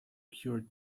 cured